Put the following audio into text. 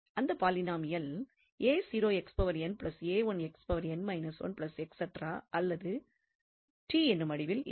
அந்த பாலினாமியல் அல்லது என்னும் வடிவில் இருக்கும்